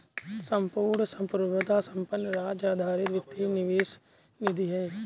संपूर्ण संप्रभुता संपन्न राज्य आधारित वित्तीय निवेश निधि है